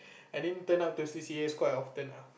I didn't turn up to C_C_As quite often lah